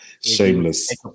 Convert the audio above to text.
Shameless